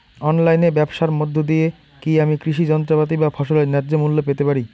অনলাইনে ব্যাবসার মধ্য দিয়ে কী আমি কৃষি যন্ত্রপাতি বা ফসলের ন্যায্য মূল্য পেতে পারি?